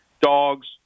dogs